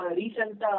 recent